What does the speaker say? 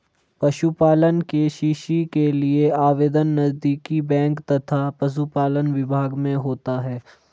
पशुपालन के.सी.सी के लिए आवेदन नजदीकी बैंक तथा पशुपालन विभाग में होता है